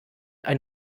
ein